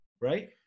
right